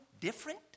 different